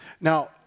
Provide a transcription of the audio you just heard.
Now